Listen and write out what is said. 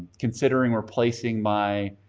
considering replacing my